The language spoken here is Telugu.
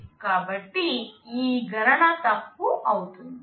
కాబట్టి ఈ గణన తప్పు అవుతుంది